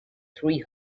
three